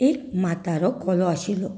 एक म्हातारो कोलो आशिल्लो